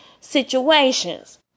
situations